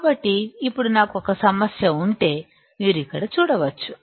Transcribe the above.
కాబట్టి ఇప్పుడు నాకు సమస్య ఉంటే మీరు ఇక్కడ చూడవచ్చు